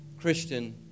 Christian